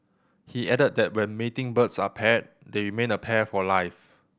he added that when mating birds are paired they remain a pair for life